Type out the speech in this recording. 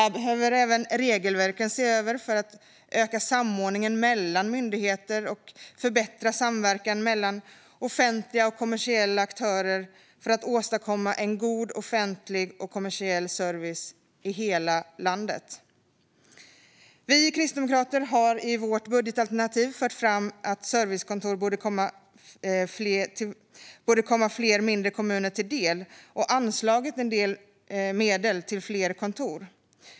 Regelverken behöver ses över för att öka samordningen mellan myndigheter och förbättra samverkan mellan offentliga och kommersiella aktörer för att åstadkomma god offentlig och kommersiell service i hela landet. Vi kristdemokrater har i vårt budgetalternativ fört fram att servicekontor borde komma fler mindre kommuner till del och anslagit en del medel till fler kontor.